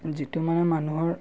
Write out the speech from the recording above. যিটো মানে মানুহৰ